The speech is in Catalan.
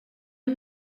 amb